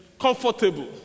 comfortable